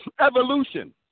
evolution